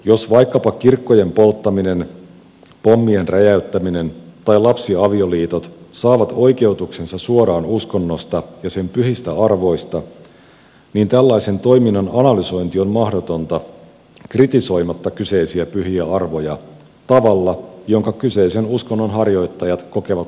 jos vaikkapa kirkkojen polttaminen pommien räjäyttäminen tai lapsiavioliitot saavat oikeutuksensa suoraan uskonnosta ja sen pyhistä arvoista niin tällaisen toiminnan analysointi on mahdotonta kritisoimatta kyseisiä pyhiä arvoja tavalla jonka kyseisen uskonnon harjoittajat kokevat loukkaavaksi